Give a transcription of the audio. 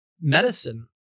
medicine